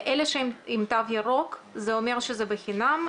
לאלה שהם עם תו ירוק, זה אומר שזה בחינם?